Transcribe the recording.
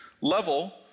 level